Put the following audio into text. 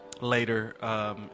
later